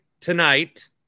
tonight